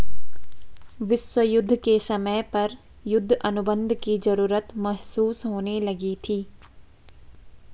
विश्व युद्ध के समय पर युद्ध अनुबंध की जरूरत महसूस होने लगी थी